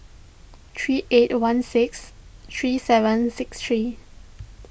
three eight one six three seven six three